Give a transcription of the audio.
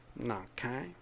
Okay